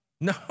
No